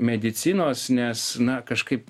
medicinos nes na kažkaip